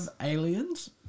aliens